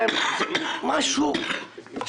תודה רבה לכם.